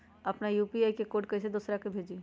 अपना यू.पी.आई के कोड कईसे दूसरा के भेजी?